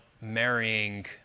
marrying